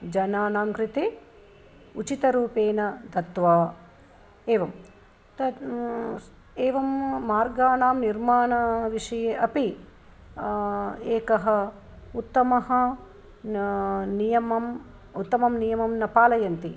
जनानां कृते उचितरूपेण दत्त्वा एवम् तत् एवं मार्गानां निर्मानविषये अपि एकः उत्तमः नियमम् उत्तमं नियमं न पालयन्ति